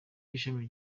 w’ishami